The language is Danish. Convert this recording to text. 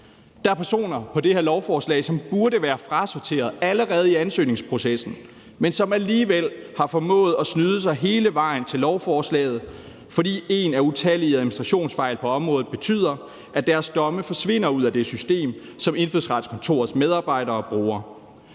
Der er personer på det her lovforslag, som burde være frasorteret allerede i ansøgningsprocessen, men som alligevel har formået at snyde sig hele vejen til lovforslaget, fordi en af utallige administrationsfejl på området betyder, at deres domme forsvinder ud af det system, som Indfødsretskontorets medarbejdere bruger.